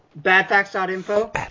Badfacts.info